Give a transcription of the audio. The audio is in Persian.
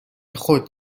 خود